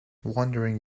wandering